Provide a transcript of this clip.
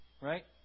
right